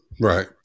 Right